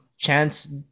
Chance